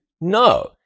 no